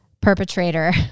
perpetrator